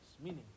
Meaning